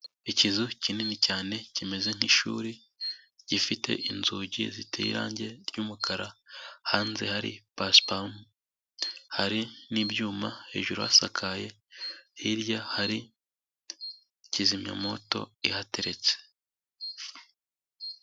Ikizu kinini cyane kimeze nk'ishuri, gifite inzugi ziteye irangi ry'umukara, hanze hari pasiparumu, hari n'ibyuma hejuru hasakaye, hirya hari kizimyamwoto ihateretse.